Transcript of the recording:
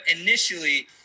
initially